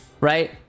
Right